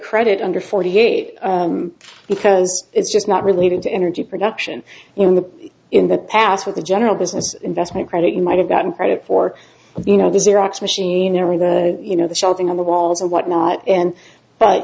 credit under forty eight because it's just not related to energy production in the in the past with a general business investment credit you might have gotten credit for you know this iraq's machinery that you know the shelving on the walls and whatnot in but